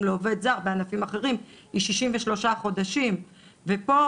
לעובד זר בענפים אחרים היא 63 חודשים ופה,